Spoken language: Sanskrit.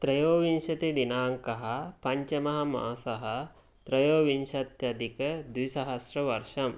त्रयोविंशतिदिनाङ्कः पञ्चममासः त्रयोविंशत्यदिक द्विसहस्रवर्षम्